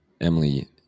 Emily